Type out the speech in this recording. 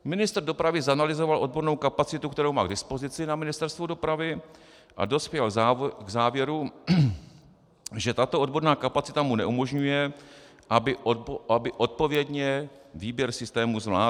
Ministr dopravy zanalyzoval odbornou kapacitu, kterou má k dispozici na Ministerstvu dopravy, a dospěl k závěru, že tato odborná kapacita mu neumožňuje, aby odpovědně výběr systému zvládl.